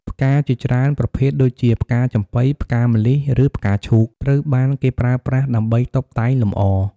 ផ្កាជាច្រើនប្រភេទដូចជា ផ្កាចំប៉ី ផ្កាម្លិះ ឬផ្កាឈូក ត្រូវបានគេប្រើប្រាស់ ដើម្បីតុបតែងលម្អ។